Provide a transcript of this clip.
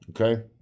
Okay